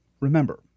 Remember